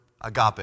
agape